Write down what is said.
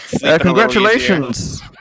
Congratulations